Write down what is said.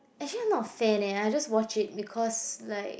actually not fair leh I just watch it because like